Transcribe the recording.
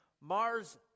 Mars